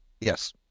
Yes